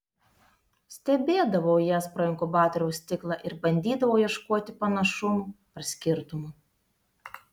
stebėdavau jas pro inkubatoriaus stiklą ir bandydavau ieškoti panašumų ar skirtumų